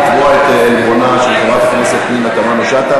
לתבוע את עלבונה של חברת הכנסת פנינה תמנו-שטה,